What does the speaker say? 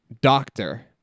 Doctor